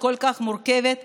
אמרו: לא,